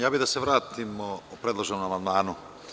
Ja bih da se vratimo predloženom amandmanu.